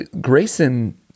Grayson